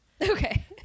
Okay